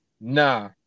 nah